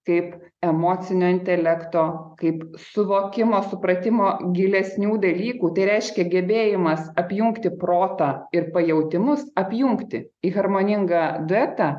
kaip emocinio intelekto kaip suvokimo supratimo gilesnių dalykų tai reiškia gebėjimas apjungti protą ir pajautimus apjungti į harmoningą duetą